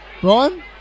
Brian